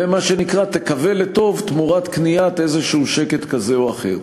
ומה שנקרא תקווה לטוב תמורת קניית שקט כלשהו כזה או אחר.